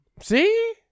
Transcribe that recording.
See